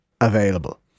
available